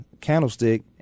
Candlestick